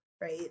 Right